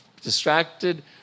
distracted